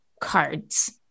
Cards